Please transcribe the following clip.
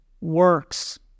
works